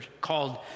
called